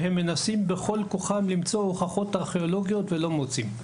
בהם מנסים בכל כוחם למצוא הוכחות ארכיאולוגיות ולא מוצאים.